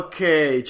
Okay